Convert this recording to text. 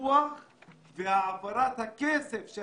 הסיפוח להעברת הכסף של